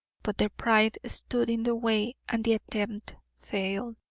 but their pride stood in the way and the attempt failed.